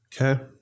Okay